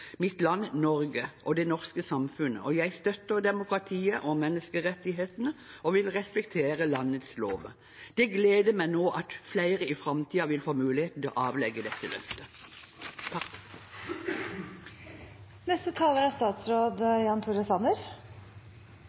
mitt land Norge og det norske samfunnet, og jeg støtter demokratiet og menneskerettighetene og vil respektere landets lover.» Det gleder meg at flere i framtiden vil få muligheten til å avlegge dette løftet.